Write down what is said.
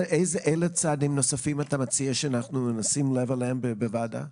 צעדים נוספים אתה מציע שנשים לב אליהם בוועדה?